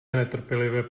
netrpělivě